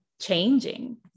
changing